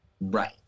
Right